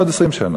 בעוד 20 שנה.